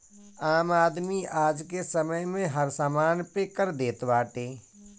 आम आदमी आजके समय में हर समान पे कर देत बाटे